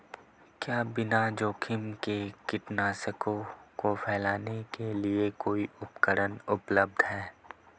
क्या बिना जोखिम के कीटनाशकों को फैलाने के लिए कोई उपकरण उपलब्ध है?